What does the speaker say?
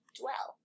dwell